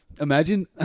Imagine